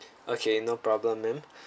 okay no problem ma'am